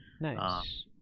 Nice